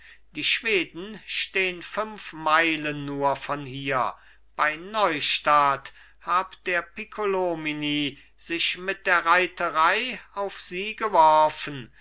die schweden stehn fünf meilen nur von hier bei neustadt hab der piccolomini sich mit der reiterei auf sie geworfen